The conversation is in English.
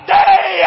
day